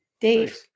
dave